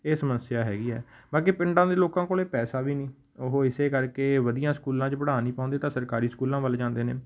ਇਹ ਸਮੱਸਿਆ ਹੈਗੀ ਹੈ ਬਾਕੀ ਪਿੰਡਾਂ ਦੇ ਲੋਕਾਂ ਕੋਲ ਪੈਸਾ ਵੀ ਨਹੀਂ ਉਹ ਇਸ ਕਰਕੇ ਵਧੀਆ ਸਕੂਲਾਂ 'ਚ ਪੜ੍ਹਾ ਨਹੀਂ ਪਾਉਂਦੇ ਤਾਂ ਸਰਕਾਰੀ ਸਕੂਲਾਂ ਵੱਲ ਜਾਂਦੇ ਨੇ